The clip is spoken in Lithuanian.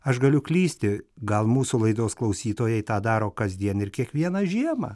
aš galiu klysti gal mūsų laidos klausytojai tą daro kasdien ir kiekvieną žiemą